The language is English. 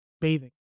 bathing